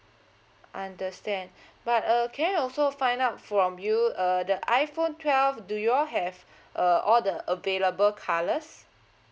understand but err can I also find out from you uh the iphone twelve do you all have uh all the available colours